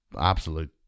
absolute